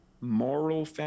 moral